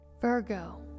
Virgo